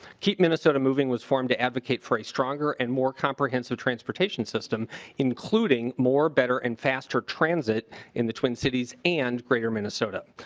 keep minnesota moving was formed to advocate for stronger and more conference of transportation system including more better and faster transit in the twin cities and greater minnesota.